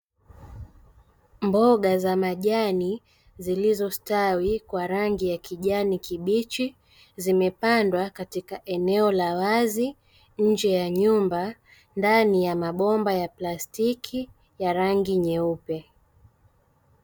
Mboga za majani zilizostawi kwa rangi kijani kibichi zimepandwa katika eneo la wazi nje ya nyumba, ndani ya mabomba ya plastiki ya rangi nyeupe.